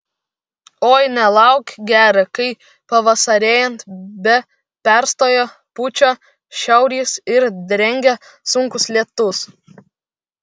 oi nelauk gera kai pavasarėjant be perstojo pučia šiaurys ir drengia sunkūs lietūs